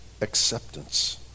acceptance